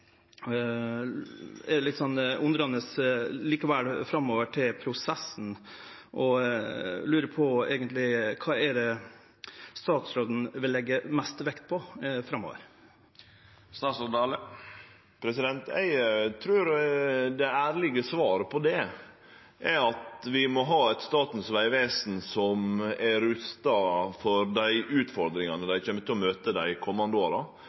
på kva statsråden vil leggje mest vekt på framover. Eg trur det ærlege svaret på det er at vi må ha eit Statens vegvesen som er rusta for dei utfordringane dei kjem til å møte dei komande åra,